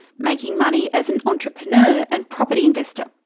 making money as an entrepreneur and property investor.